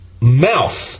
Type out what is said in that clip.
mouth